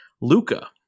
Luca